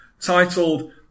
titled